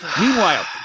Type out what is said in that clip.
Meanwhile